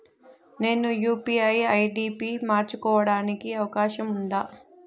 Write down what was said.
నేను UPI ID పి మార్చుకోవడానికి అవకాశం ఉందా?